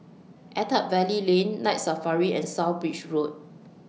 Attap Valley Lane Night Safari and South Bridge Road